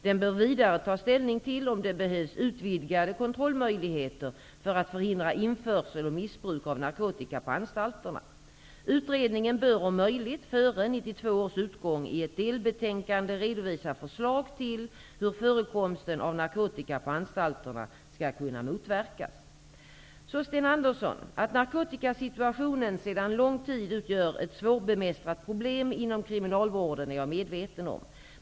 Den bör vidare ta ställning till om det behövs utvidgade kontrollmöjligheter för att förhindra införsel och missbruk av narkotika på anstalterna. Utredningen bör om möjligt före 1992 års utgång i ett delbetänkande redovisa förslag till hur förekomsten av narkotika på anstalterna skall kunna motverkas. Så, Sten Andersson, att narkotikasituationen sedan lång tid utgör ett svårbemästrat problem inom kriminalvården är jag medveten om.